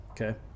okay